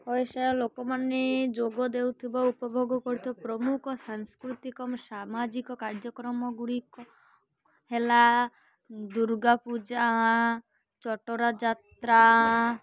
ଓଡ଼ିଶାର ଲୋକମାନେ ଯୋଗ ଦେଉଥିବା ଉପଭୋଗ କରୁଥିବା ପ୍ରମୁଖ ସାଂସ୍କୃତିକ ସାମାଜିକ କାର୍ଯ୍ୟକ୍ରମ ଗୁଡ଼ିକ ହେଲା ଦୁର୍ଗା ପୂଜା ଚଟରା ଯାତ୍ରା